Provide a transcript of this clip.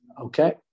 Okay